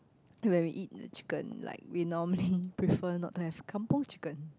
when we eat the chicken like we normally prefer not to have kampung chicken